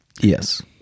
Yes